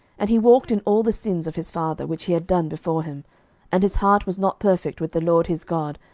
and he walked in all the sins of his father, which he had done before him and his heart was not perfect with the lord his god,